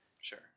Sure